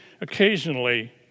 occasionally